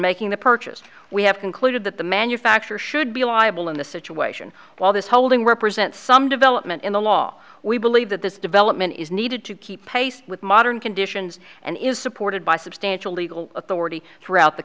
making the purchase we have concluded that the manufacturer should be liable in this situation while this holding represents some development in the law we believe that this development is needed to keep pace with modern conditions and is supported by substantial legal authority throughout the